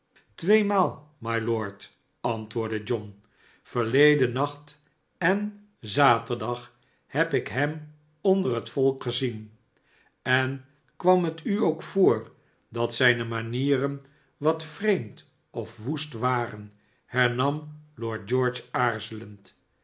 tweemaal mylord antwoordde john verleden nacht en zaterdag heb ik hem onder het volk gezien en kwam het u ook voor dat zijne manieren wat vreemd of woest waren hernam lord george aarzelend